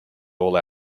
all